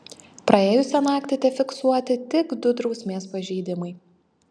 praėjusią naktį tefiksuoti tik du drausmės pažeidimai